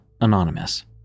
Anonymous